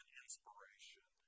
inspiration